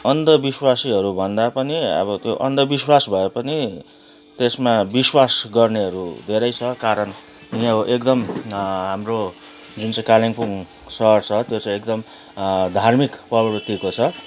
अन्धविश्वासीहरू भन्दा पनि अब त्यो अन्धविश्वास भए पनि त्यसमा विश्वास गर्नेहरू धेरै छ कारण यो एकदम हाम्रो जुन चाहिँ कालिम्पोङ शहर छ त्यो चाहिँ एकदम धार्मिक प्ररवितिको छ